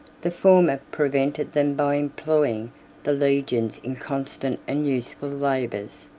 the former prevented them by employing the legions in constant and useful labors.